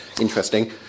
interesting